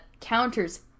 counters